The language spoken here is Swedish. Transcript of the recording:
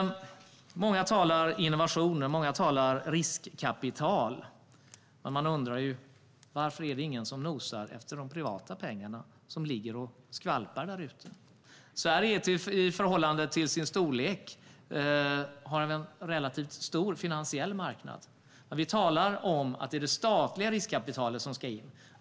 Många talar om innovation och om riskkapital, men man undrar varför ingen nosar efter de privata pengar som ligger och skvalpar där ute. Sverige har i förhållande till sin storlek en relativt stor finansiell marknad, men vi talar om att det är det statliga riskkapitalet som ska in.